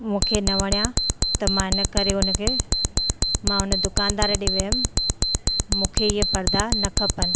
मूंखे न वणिया त मां इन करे उनखे मां उन दुकानदार ॾिए वयमि मूंखे इहे परदा न खपनि